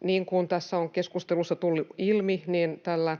Niin kuin tässä on keskustelussa tullut ilmi, tällä